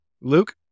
Luke